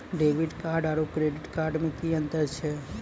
Debit card आरू credit card मे कि अन्तर छैक?